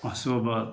Asifabad